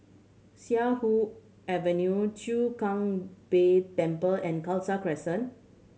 Siak Avenue Chwee Kang Beo Temple and Khalsa Crescent